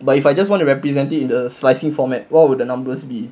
but if I just want to represent it in the slicing format what would the numbers be